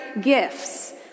gifts